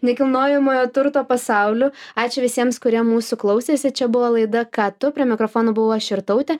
nekilnojamojo turto pasauliu ačiū visiems kurie mūsų klausėsi čia buvo laida ką tu prie mikrofono buvau aš irtautė